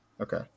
okay